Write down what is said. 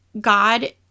God